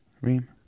Reem